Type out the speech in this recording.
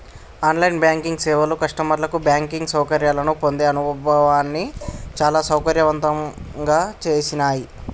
on line banking సేవలు కస్టమర్లకు banking సౌకర్యాలను పొందే అనుభవాన్ని చాలా సౌకర్యవంతంగా చేసినాయ్